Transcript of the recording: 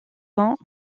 ans